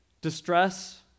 distress